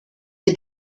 des